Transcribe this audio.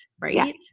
right